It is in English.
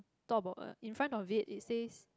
talk about uh in front of it it says